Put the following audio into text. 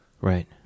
Right